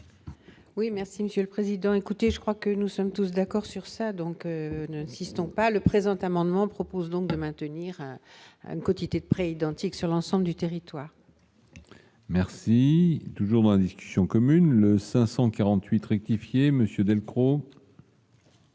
Oui, merci Monsieur le Président, écoutez, je crois que nous sommes tous d'accord sur ça, donc nous insistons pas le présent amendement propose donc de maintenir une quotité près identique sur l'ensemble du territoire. Merci, toujours dans la discussion commune le 548 rectifier Monsieur Delcros.